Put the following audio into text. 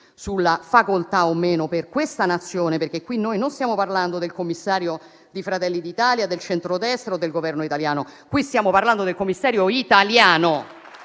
sulla facoltà o meno per questa Nazione di avere una vice presidenza esecutiva. Non stiamo parlando del commissario di Fratelli d'Italia, del centrodestra o del Governo italiano, qui stiamo parlando del commissario italiano.